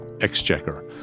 exchequer